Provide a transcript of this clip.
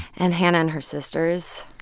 and hannah and her sisters.